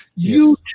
YouTube